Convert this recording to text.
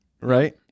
right